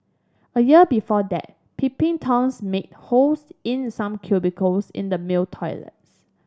a year before that peeping Toms made holes in some cubicles in the male toilet